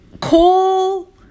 cool